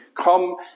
come